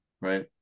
right